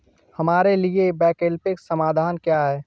हमारे लिए वैकल्पिक समाधान क्या है?